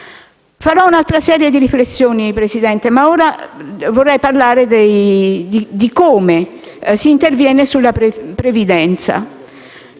Farò poi un'altra serie di riflessioni, signor Presidente, ma ora vorrei parlare di come si interviene sulla previdenza.